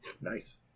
nice